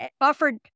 offered